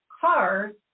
cars